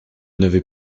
n’avez